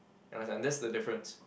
you understand that's the difference